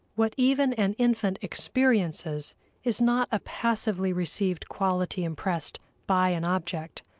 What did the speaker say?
what even an infant experiences is not a passively received quality impressed by an object,